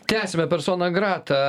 tęsiame personą gratą